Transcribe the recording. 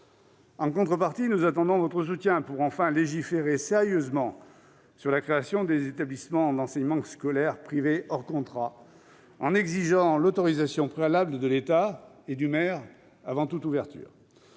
En contrepartie, nous attendons votre soutien pour enfin légiférer sérieusement sur la création des établissements d'enseignement scolaire privés hors contrat, en exigeant l'autorisation préalable de l'État et du maire avant toute ouverture,